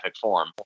form